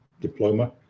diploma